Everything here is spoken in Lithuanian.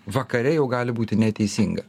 vakare jau gali būti neteisinga